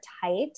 tight